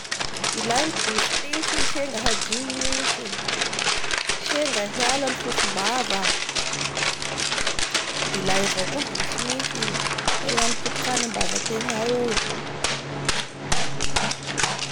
Ilay ny borosonify senga hadio ny nify; senga hiala ny fofombava. Ilay avao koa borosonify, hialan'ny poti-kany ambavategna ao.